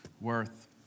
worth